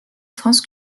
france